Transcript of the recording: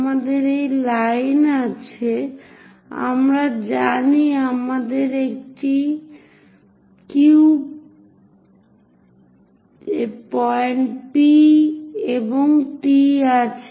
আমাদের এই লাইন আছে আমরা জানি আমাদের একটি Q পয়েন্ট P এবং T আছে